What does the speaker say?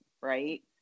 right